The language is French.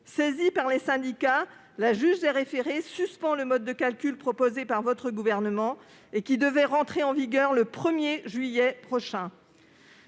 Saisie par les syndicats, la juge des référés a suspendu le mode de calcul proposé par le Gouvernement et qui devait entrer en vigueur le 1 juillet prochain.